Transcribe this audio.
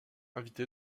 invité